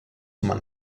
man